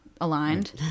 aligned